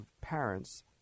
parents